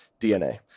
DNA